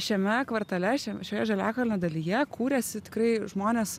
šiame kvartale šiam šioje žaliakalnio dalyje kūrėsi tikrai žmonės